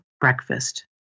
breakfast